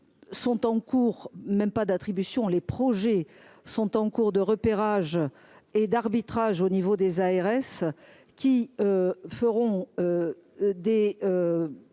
sont en cours, même pas d'attribution, les projets sont en cours de repérage et d'arbitrage au niveau des ARS qui feront des